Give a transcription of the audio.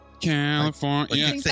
California